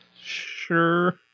sure